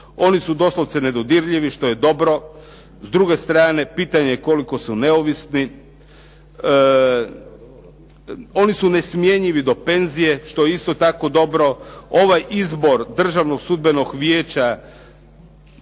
Oni su doslovce nedodirljivi, što je dobro. S druge strane pitanje je koliko su neovisni, oni su nesmjenjivi do penzije, što je isto tako dobro. Ovaj izbor državnog sudbenog vijeća,